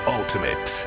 ultimate